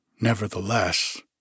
nevertheless